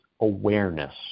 awareness